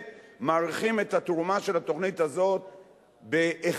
מעריכים את התרומה של התוכנית הזאת ב-1,